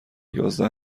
یازده